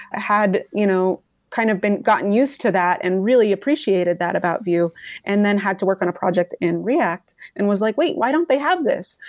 had you know kind of been gotten used to that and really appreciated that about vue and then had to work on a project in react and was like, wait, why don't they have this?